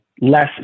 less